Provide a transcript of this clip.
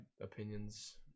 opinions